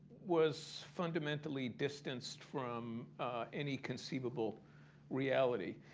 was fundamentally distanced from any conceivable reality.